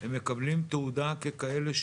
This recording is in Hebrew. --- הם מקבלים תעודה שהם כאלה שהוסמכו?